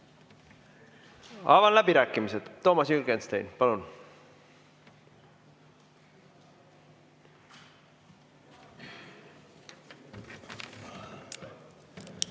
Avan läbirääkimised. Toomas Jürgenstein, palun!